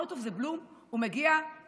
Out of the blue הוא מגיע לקהילה,